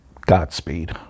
Godspeed